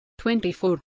24